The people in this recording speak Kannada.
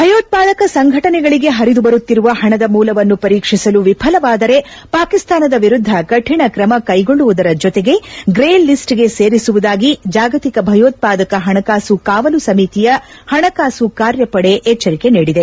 ಭಯೋತ್ವಾದಕ ಸಂಘಟನೆಗಳಿಗೆ ಹರಿದು ಬರುತ್ತಿರುವ ಹಣದ ಮೂಲವನ್ನು ಪರೀಕ್ಷಿಸಲು ವಿಫಲವಾದರೆ ಪಾಕಿಸ್ತಾನದ ವಿರುದ್ದ ಕಠಿಣ ಕ್ರಮ ಕೈಗೊಳ್ಳುವುದರ ಜತೆಗೆ ಗ್ರೇ ಲಿಸ್ಟ್ಗೆ ಸೇರಿಸುವುದಾಗಿ ಜಾಗತಿಕ ಭಯೋತ್ಪಾದಕ ಹಣಕಾಸು ಕಾವಲು ಸಮಿತಿಯ ಹಣಕಾಸು ಕಾರ್ಯಪಡೆ ಎಚ್ಚರಿಕೆ ನೀಡಿದೆ